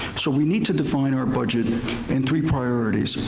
so we need to define our budget in three priorities.